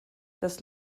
das